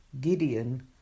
Gideon